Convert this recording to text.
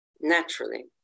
naturally